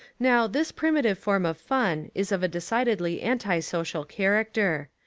now, this primitive form of fun is of a de cidedly anti-social character.